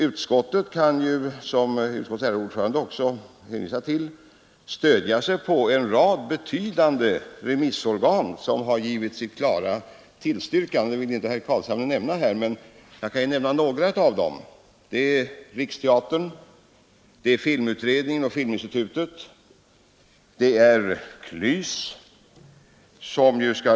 Utskottet kan som dess ärade ordförande också hänvisade till stödja sig på en rad betydande remissorgan, som har givit sitt klara tillstyrkande. Herr Carlshamre ville inte nämna dem här, men jag kan ju nämna några av dem. Det är Svenska riksteatern, filmutredningen och Svenska filminstitutet.